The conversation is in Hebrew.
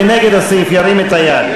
מי נגד הסעיף, ירים את היד.